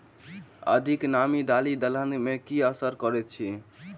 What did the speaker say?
अधिक नामी दालि दलहन मे की असर करैत अछि?